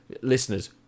Listeners